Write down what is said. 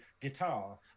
guitar